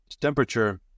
temperature